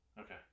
Okay